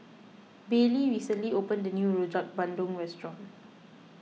Bailey recently opened a new Rojak Bandung restaurant